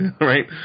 right